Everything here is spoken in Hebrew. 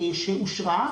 שאושרה,